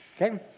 okay